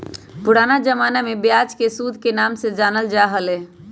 पुराना जमाना में ब्याज के सूद के नाम से जानल जा हलय